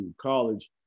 college